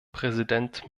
präsident